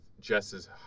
Jess's